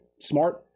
smart